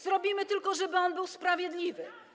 Zrobimy tylko tak, żeby on był sprawiedliwy.